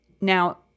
Now